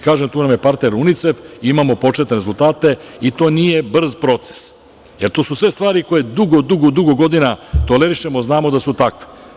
Kažem, tu nam je partner UNICEF, imamo početne rezultate i to nije brz proces, jer to su sve stvari koje dugo godina tolerišemo, a znamo da su takve.